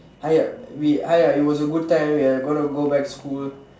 !aiya! we !aiya! it was a good time we are gonna go back school